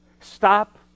Stop